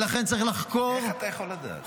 איך אתה יכול לדעת?